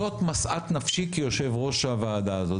זאת משאת נפשי כיושב-ראש הוועדה הזאת,